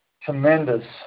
tremendous